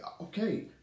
okay